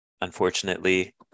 unfortunately